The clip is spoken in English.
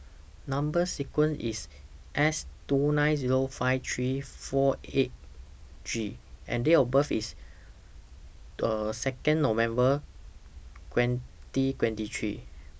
Number sequence IS S two nine Zero five three four eight G and Date of birth IS Second November twenty twenty three